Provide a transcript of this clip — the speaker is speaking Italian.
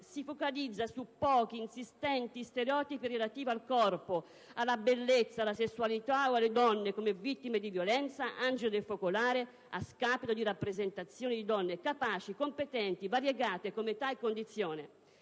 si focalizza su pochi insistenti stereotipi relativi al corpo, alla bellezza, alla sessualità, o alla donna come vittima di violenza, angelo del focolare, a scapito di rappresentazioni di donne capaci, competenti, variegate come età e condizione».